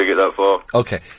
Okay